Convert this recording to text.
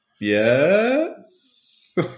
yes